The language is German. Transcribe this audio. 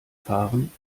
fahren